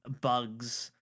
bugs